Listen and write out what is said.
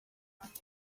ati